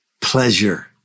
pleasure